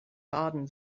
barden